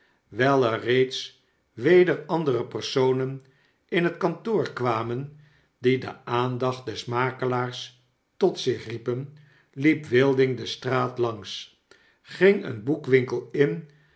wyl er reeds weder andere personen in het kantoor kwamen die de aandacht des makelaars tot zich riepen liep wilding de straat langs ging een boekwinkel in